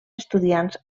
estudiants